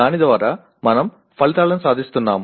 దాని ద్వారా మనం ఫలితాలను సాధిస్తున్నాం